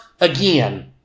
again